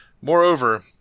Moreover